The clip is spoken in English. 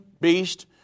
beast